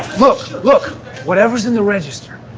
look look whatever's in the register.